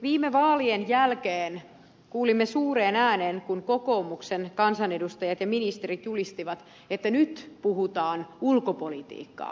viime vaalien jälkeen kuulimme kun kokoomuksen kansanedustajat ja ministerit suureen ääneen julistivat että nyt puhutaan ulkopolitiikkaa